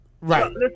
Right